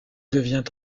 devient